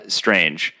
strange